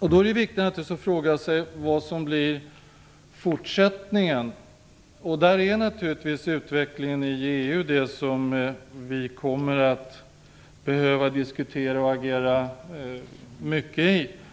då viktigt att fråga sig vad som blir fortsättningen. Där är naturligtvis utvecklingen i EU det som vi kommer att behöva diskutera mycket och agera utifrån.